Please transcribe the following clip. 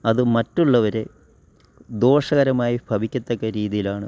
അത് മറ്റുള്ളവരെ ദോഷകരമായി ഭവിക്കത്തക്ക രീതീലാണ്